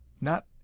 Not